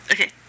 Okay